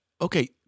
okay